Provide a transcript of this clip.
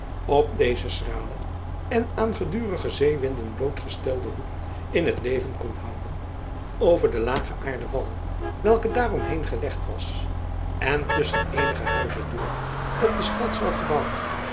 op dezen schralen en aan gedurige zeewinden blootgestelden hoek in t leven kon houden over den lagen aarden wal welke daaromheen gelegd was en tusschen eenige huizen door op den stadswal gebouwd